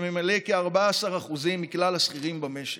שבו כ-14% מכלל השכירים במשק.